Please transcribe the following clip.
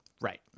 Right